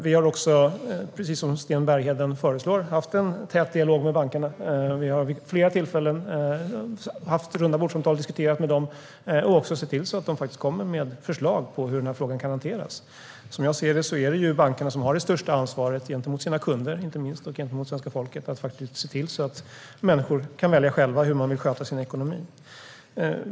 Vi har också, precis som Sten Bergheden föreslår, haft en tät dialog med bankerna. Vi har vid flera tillfällen haft rundabordssamtal med dem och sett till att de faktiskt kommer med förslag på hur den här frågan kan hanteras. Som jag ser det är det bankerna som har det största ansvaret för att deras kunder och svenska folket själva ska kunna välja hur de vill sköta sin ekonomi.